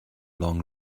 long